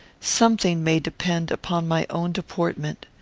something may depend upon my own deportment.